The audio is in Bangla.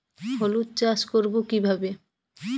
হলুদ চাষ করব কিভাবে?